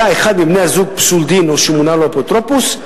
היה אחד מבני-הזוג פסול-דין או שמונה לו אפוטרופוס,